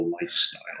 lifestyle